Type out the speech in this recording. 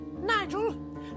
Nigel